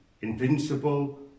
invincible